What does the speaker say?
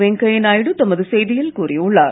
வெங்கையா நாயுடு தமது செய்தியில் கூறியுள்ளார்